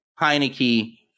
Heineke